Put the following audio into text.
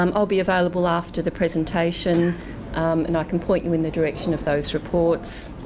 um i'll be available after the presentation and i can point you in the direction of those reports.